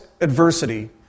adversity